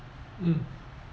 mm